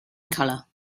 color